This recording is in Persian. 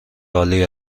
عالی